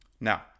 Now